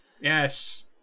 Yes